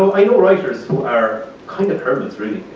i know writers who are kind of hermits really.